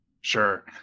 Sure